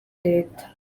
leta